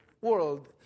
world